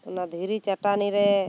ᱚᱱᱟ ᱫᱷᱤᱨᱤ ᱪᱟᱴᱟᱱᱤ ᱨᱮ